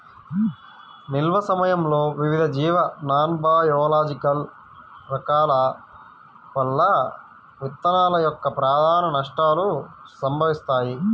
నిల్వ సమయంలో వివిధ జీవ నాన్బయోలాజికల్ కారకాల వల్ల విత్తనాల యొక్క ప్రధాన నష్టాలు సంభవిస్తాయి